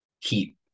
heat